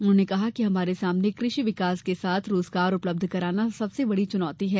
उन्होंने कहा कि हमारे सामने कृषि विकास के साथ साथ रोजगार उपलब्ध कराना सबसे बड़ी चुनौती है